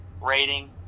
rating